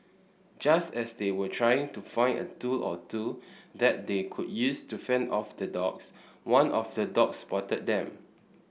just as they were trying to find a tool or two that they could use to fend off the dogs one of the dog spotted them